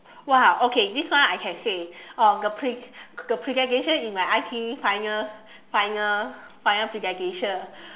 !wow! okay this one I can say oh the pre~ the presentation in my I_T_E finals final final presentation